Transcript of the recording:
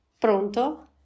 pronto